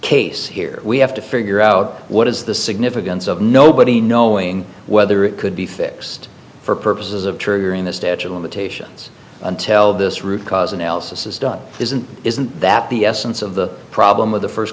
case here we have to figure out what is the significance of nobody knowing whether it could be fixed for purposes of triggering the statue of limitations until this root cause analysis is done isn't isn't that the essence of the problem of the first